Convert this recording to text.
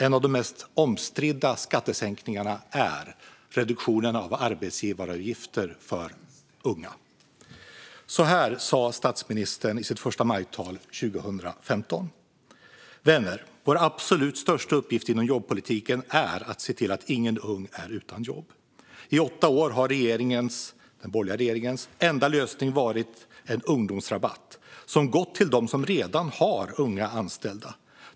En av de mest omstridda skattesänkningarna är reduktionen av arbetsgivaravgifter för unga. Så här sa statsministern i sitt förstamajtal 2015: Vänner! Vår absolut största uppgift inom jobbpolitiken är att se till att ingen ung är utan jobb. I åtta år har regeringens - den borgerliga regeringens - enda lösning varit en ungdomsrabatt som gått till dem som redan har unga anställda.